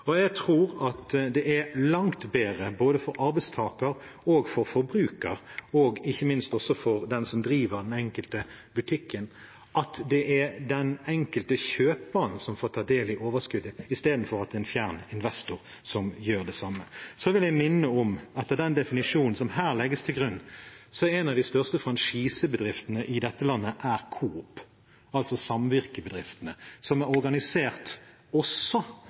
Jeg tror at det er langt bedre både for arbeidstakere, for forbrukere og – ikke minst – for den som driver den enkelte butikken, at det er den enkelte kjøperen, i stedet for en fjern investor, som får ta del i overskuddet. Så vil jeg minne om at med den definisjonen som her legges til grunn, er en av de største franchisebedriftene i dette landet Coop, altså samvirkebedriftene som er organisert også